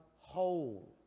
whole